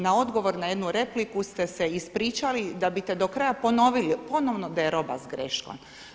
Na odgovor na jednu repliku ste se ispričali da bite do kraja ponovili ponovno da je roba s greškom.